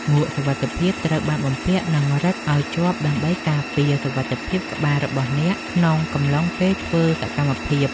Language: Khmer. មួកសុវត្ថិភាពត្រូវបានបំពាក់ និងរឹតឱ្យជាប់ដើម្បីការពារសុវត្ថិភាពក្បាលរបស់អ្នកក្នុងកំឡុងពេលធ្វើសកម្មភាព។